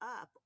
up